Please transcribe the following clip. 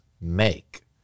make